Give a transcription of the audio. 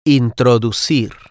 introducir